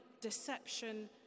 deception